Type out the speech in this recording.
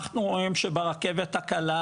אנחנו רואים שברכבת הקלה,